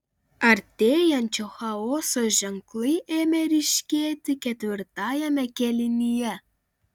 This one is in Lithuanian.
artėjančio chaoso ženklai ėmė ryškėti ketvirtajame kėlinyje